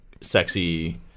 sexy